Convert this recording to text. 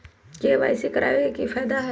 KYC करवाबे के कि फायदा है?